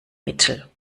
mittel